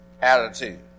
attitude